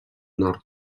nord